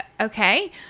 okay